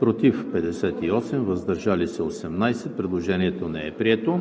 против 32, въздържали се 14. Предложението е прието.